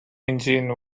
engine